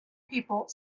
people